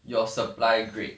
your supply grid